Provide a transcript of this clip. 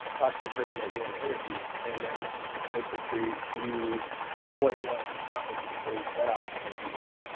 talk to the person that you want to interview. and then making sure you know what you want to accomplish before you set out to interview them,